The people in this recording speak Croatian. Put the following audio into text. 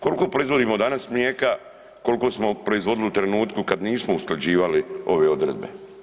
Koliko proizvodimo danas mlijeka, kolko smo proizvodili u trenutku kad nismo usklađivali ove odredbe?